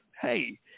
hey